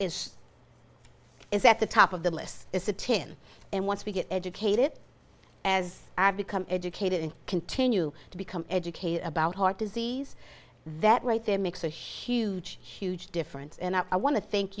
is is at the top of the list is a tin and want to get educated as i become educated and continue to become educated about heart disease that right there makes a huge huge difference and i want to thank